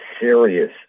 serious